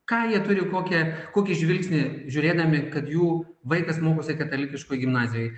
ką jie turi kokią kokį žvilgsnį žiūrėdami kad jų vaikas mokosi katalikiškoj gimnazijoj